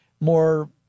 more